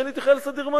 כשאני הייתי חייל סדיר,